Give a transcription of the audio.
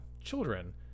children